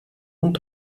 und